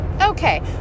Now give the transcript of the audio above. okay